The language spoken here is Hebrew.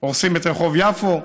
הורסים את רחוב יפו,